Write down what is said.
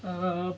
err